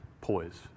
poise